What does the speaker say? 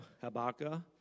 Habakkuk